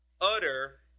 utter